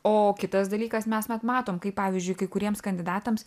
o kitas dalykas mes met matom kaip pavyzdžiui kai kuriems kandidatams